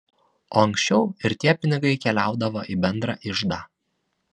o ankščiau ir tie pinigai keliaudavo į bendrą iždą